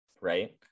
right